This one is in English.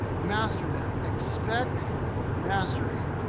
master them. expect mastery.